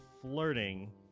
flirting